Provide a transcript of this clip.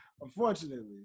Unfortunately